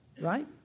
right